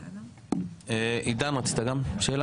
עידן, רצית לשאול?